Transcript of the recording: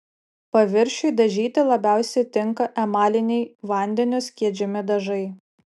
paviršiui dažyti labiausiai tinka emaliniai vandeniu skiedžiami dažai